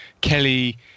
Kelly